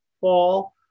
fall